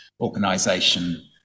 organization